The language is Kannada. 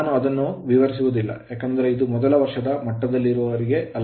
ನಾನು ಅದನ್ನು ವಿವರಿಸುವುದಿಲ್ಲ ಏಕೆಂದರೆ ಇದು ಮೊದಲ ವರ್ಷದ ಮಟ್ಟದವರೆಗೆ ಅಲ್ಲ